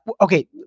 okay